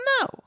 No